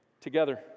Together